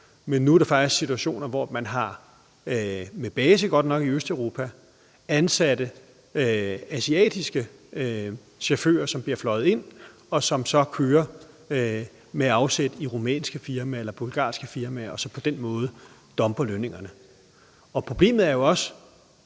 men at der nu er situationer, hvor man – godt nok med base i Østeuropa – har ansat asiatiske chauffører, som bliver fløjet ind, og som så kører med afsæt i rumænske eller bulgarske firmaer, som på den måde dumper lønningerne. Problemet er jo også,